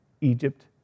Egypt